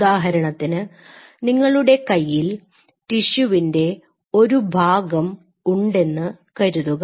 ഉദാഹരണത്തിന് നിങ്ങളുടെ കയ്യിൽ ടിഷ്യുവിൻറെ ഒരു ഭാഗം ഉണ്ടെന്നു കരുതുക